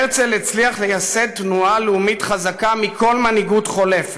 הרצל הצליח לייסד תנועה לאומית חזקה מכל מנהיגות חולפת,